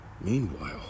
Meanwhile